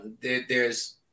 theres